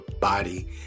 body